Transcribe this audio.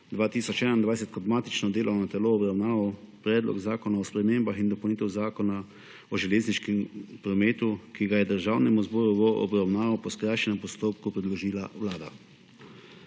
2021 kot matično delovno telo obravnaval Predlog zakona o spremembah in dopolnitvah Zakona o železniškem prometu, ki ga je Državnemu zboru v obravnavo po skrajšanem postopku predložila Vlada.